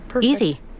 Easy